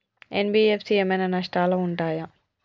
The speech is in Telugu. ఎన్.బి.ఎఫ్.సి ఏమైనా నష్టాలు ఉంటయా?